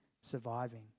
surviving